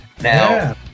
Now